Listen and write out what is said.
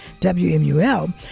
WMUL